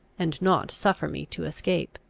and not suffer me to escape.